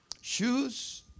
shoes